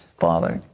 father,